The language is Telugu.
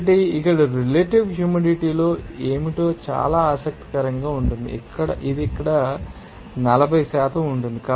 కాబట్టి ఇక్కడ రిలేటివ్ హ్యూమిడిటీ ఏమిటో చాలా ఆసక్తికరంగా ఉంటుంది ఇది ఇక్కడ 40 ఉంటుంది